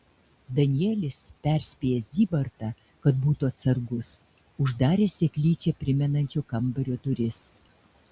danielis perspėjęs zybartą kad būtų atsargus uždarė seklyčią primenančio kambario duris